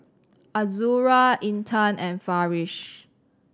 Azura Intan and Farish